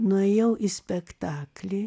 nuėjau į spektaklį